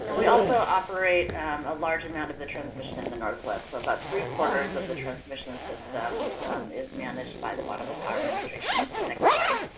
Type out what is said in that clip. and we also operate a large amount of the transition in the northwest. so, about three-quarters of the transmission system is managed by the bonneville power administration. next slide.